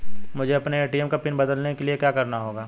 मुझे अपने ए.टी.एम का पिन बदलने के लिए क्या करना होगा?